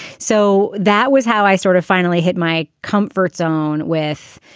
so that was how i sort of finally hit my comfort zone with,